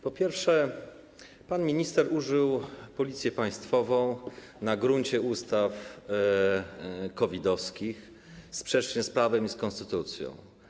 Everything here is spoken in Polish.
Po pierwsze, pan minister użył Policji państwowej na gruncie ustaw COVID-owskich sprzecznie z prawem i z konstytucją.